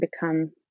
become